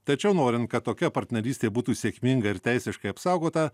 tačiau norint kad tokia partnerystė būtų sėkminga ir teisiškai apsaugota